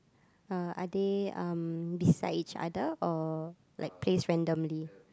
uh are they um beside each other or like placed randomly